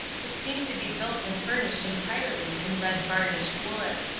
which seemed to be built and furnished entirely in red-varnished wood.